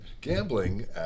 gambling